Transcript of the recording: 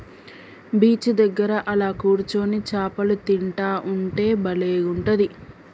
beach దగ్గర అలా కూర్చొని చాపలు తింటా ఉంటే బలే ఉంటది